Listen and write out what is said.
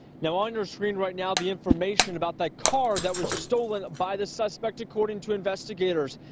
now, on your screen right now, the information about that car that was stolen by the suspect according to investigators.